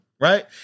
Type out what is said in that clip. right